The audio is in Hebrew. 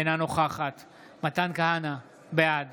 אינה נוכחת מתן כהנא, בעד